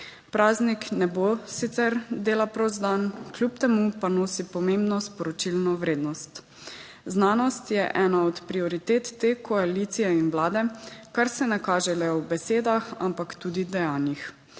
Praznik ne bo sicer dela prost dan, kljub temu pa nosi pomembno sporočilno vrednost. Znanost je ena od prioritet te koalicije in Vlade, kar se ne kaže le v besedah, ampak tudi v dejanjih.